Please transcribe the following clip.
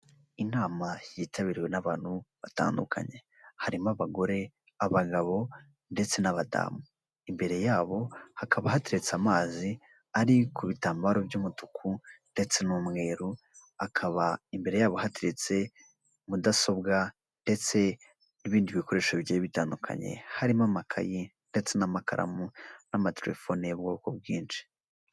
Inama yitabiriwe n'abantu batandukanye. Harimo abagore, abagabo ndetse n'abadamu. Imbere yabo hakaba hateretse amazi ari ku bitambaro by'umutuku ndetse n'umweru. Hakaba imbere yabo hateretse mudasobwa ndetse n'ibindi bikoresho bigiye bitandukanye, harimo amakayi ndetse n'amakaramu n'amatelefone y'ubwoko bwinshi.